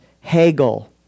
Hegel